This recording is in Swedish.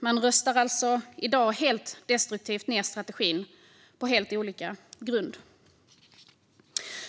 Man röstar alltså ned strategin helt destruktivt och på helt olika grunder.